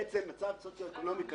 במצב סוציו-אקונומי קשה.